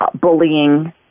bullying